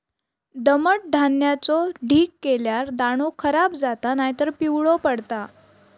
दमट धान्याचो ढीग केल्यार दाणो खराब जाता नायतर पिवळो पडता